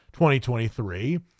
2023